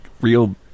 real